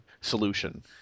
solution